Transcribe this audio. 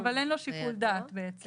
אבל אין לו שיקול דעת בעצם,